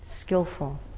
skillful